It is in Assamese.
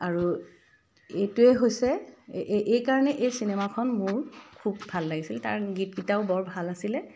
আৰু এইটোৱেই হৈছে এই এইকাৰণেই এই চিনেমাখন মোৰ খুব ভাল লাগিছিল কাৰণ গীতকেইটাও বৰ ভাল আছিলে